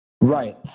Right